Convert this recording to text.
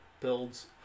builds